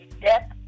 death